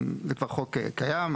זה כבר חוק קיים.